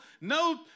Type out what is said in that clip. no